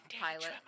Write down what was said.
pilot